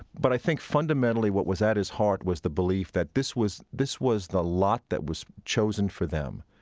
but i think, fundamentally, what was at his heart was the belief that this was this was the lot that was chosen for them.